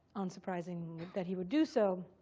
unsurprising that he would do so.